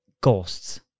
ghosts